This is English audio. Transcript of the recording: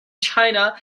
china